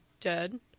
dead